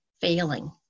failing